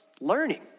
learning